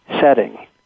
setting